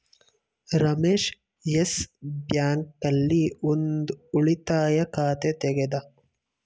Ramesh Yes Bank ಆಲ್ಲಿ ಒಂದ್ ಉಳಿತಾಯ ಖಾತೆ ತೆಗೆದ